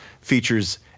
features